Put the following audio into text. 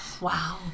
Wow